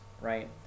right